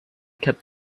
kept